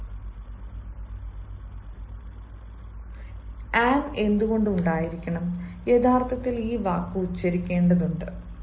an apple an എന്തുകൊണ്ട് ഉണ്ടായിരിക്കണം യഥാർത്ഥത്തിൽ ഈ വാക്ക് ഉച്ചരിക്കേണ്ടതുണ്ട്